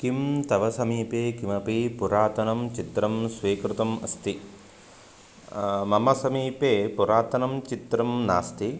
किं तव समीपे किमपि पुरातनं चित्रं स्वीकृतम् अस्ति मम समीपे पुरातनं चित्रं नास्ति